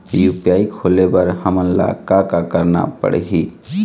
UPI खोले बर हमन ला का का करना पड़ही?